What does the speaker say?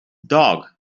dog